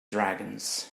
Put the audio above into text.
dragons